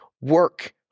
work